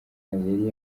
yari